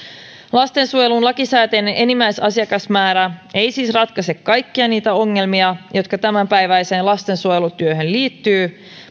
lastensuojelun lakisääteinen enimmäisasiakasmäärä ei siis ratkaise kaikkia niitä ongelmia joita tämänpäiväiseen lastensuojelutyöhön liittyy